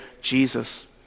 Jesus